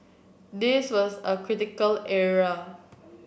this was a critical error